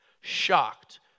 shocked